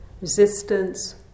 resistance